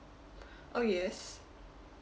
oh yes